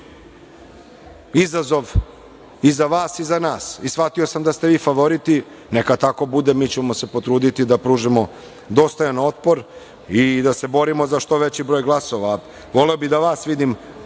izazov i za vas i za nas. Shvatio sam da ste vi favoriti, neka tako bude. Mi ćemo se potruditi da pružimo dostojan otpor i da se borimo za što veći broj glasova. Voleo bih da vas vidim